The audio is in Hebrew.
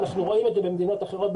אנחנו רואים את זה במדינות אחרות,